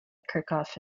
kirchhoff